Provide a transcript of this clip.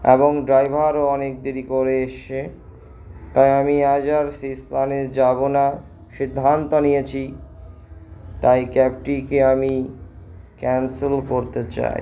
এবং ড্রাইভারও অনেক দেরি করে এসেছে তাই আমি আজ আর সেই স্থানে যাবো না সিদ্ধান্ত নিয়েছি তাই ক্যাবটিকে আমি ক্যান্সেল করতে চাই